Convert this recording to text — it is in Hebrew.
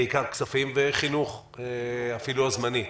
בעיקר כספים וחינוך, אפילו הוועדה הזמנית.